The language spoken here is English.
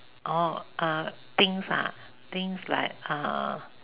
orh uh things uh things like uh